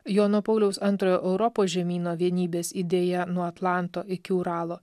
jono pauliaus antrojo europos žemyno vienybės idėja nuo atlanto iki uralo